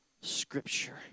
scripture